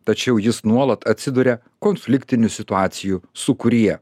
tačiau jis nuolat atsiduria konfliktinių situacijų sūkuryje